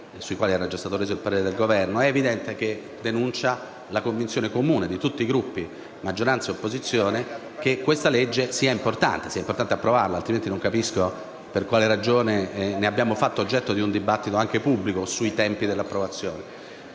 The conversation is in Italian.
sui quali era già stato reso il parere del Governo, è evidente che denuncia la convinzione comune di tutti i Gruppi, maggioranza ed opposizione, che sia importante approvare questo disegno di legge, altrimenti non capisco per quale ragione ne abbiamo fatto oggetto di un dibattito anche pubblico sui tempi dell'approvazione.